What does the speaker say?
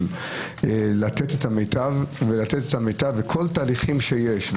שלהם לתת את המיטב בכל התהליכים שיש.